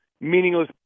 meaningless